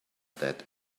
that